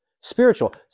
spiritual